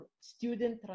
student